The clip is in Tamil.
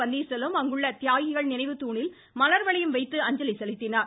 பன்னீர் செல்வம் அங்குள்ள தியாகிகள் நினைவு தூணில் மலர் வளையம் வைத்து அஞ்சலி செலுத்தினார்